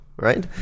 right